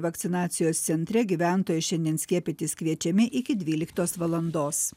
vakcinacijos centre gyventojai šiandien skiepytis kviečiami iki dvyliktos valandos